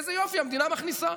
איזה יופי, המדינה מכניסה.